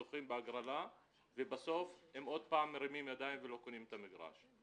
זוכים בהגרלה ובסוף הם עוד פעם מרימים ידיים ולא קונים את המגרש.